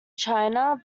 china